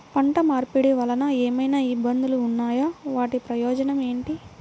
పంట మార్పిడి వలన ఏమయినా ఇబ్బందులు ఉన్నాయా వాటి ప్రయోజనం ఏంటి?